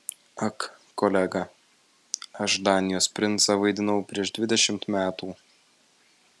ak kolega aš danijos princą vaidinau prieš dvidešimt metų